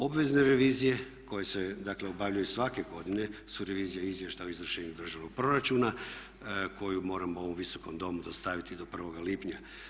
Obveze revizije koje se dakle obavljaju svake godine su revizije izvještaja o izvršenju državnog proračuna koji moramo ovom Visokom domu dostaviti do 1. lipnja.